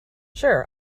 sure